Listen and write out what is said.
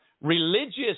Religious